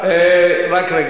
מסכים.